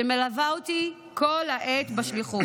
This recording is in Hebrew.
שמלווה אותי כל העת בשליחות.